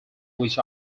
which